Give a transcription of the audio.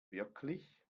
wirklich